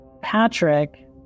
Patrick